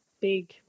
big